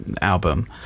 album